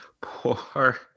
poor